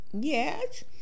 Yes